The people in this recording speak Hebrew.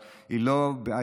היא לא שלומם של תושבי עזה,